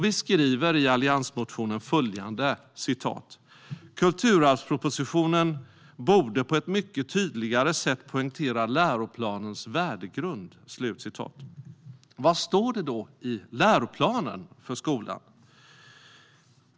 Vi skriver i alliansmotionen att "kulturarvspropositionen på ett mycket tydligare sätt borde poängtera läroplanens värdegrund". Vad står det då i läroplanen för skolan?